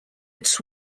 its